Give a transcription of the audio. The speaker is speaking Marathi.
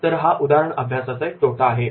तर हा उदाहरण अभ्यासाचा एक तोटा आहे